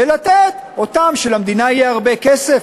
ולתת להם כשלמדינה יהיה הרבה כסף.